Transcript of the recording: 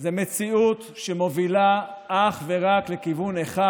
זה מציאות שמובילה אך ורק לכיוון אחד,